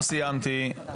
לא סיימתי.